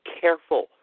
careful